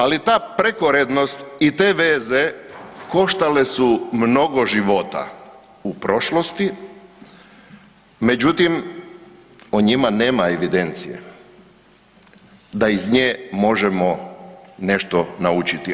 Ali ta prekorednost i te veze koštale su mnogo života u prošlosti, međutim o njima nema evidencije da iz nje možemo nešto naučiti.